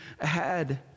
ahead